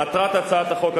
מטרת הצעת החוק,